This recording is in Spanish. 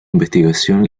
investigación